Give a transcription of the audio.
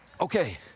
Okay